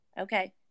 Okay